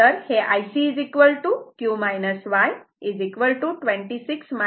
तर हे Ic q y 26 11